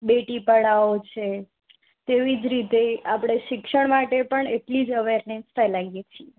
બેટી પઢાઓ છે તેવી જ રીતે આપણે શિક્ષણ માટે પણ એટલી જ અવેરનેસ ફેલાવીએ છીએ